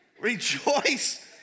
Rejoice